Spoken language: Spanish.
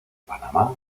panamá